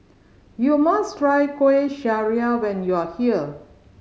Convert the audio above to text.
you must try Kueh Syara when you are here